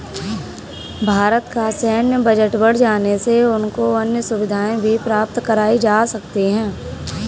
भारत का सैन्य बजट बढ़ जाने से उनको अन्य सुविधाएं भी प्राप्त कराई जा सकती हैं